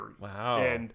Wow